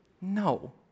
No